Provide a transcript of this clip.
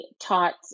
taught